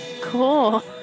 Cool